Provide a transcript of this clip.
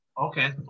okay